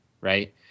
right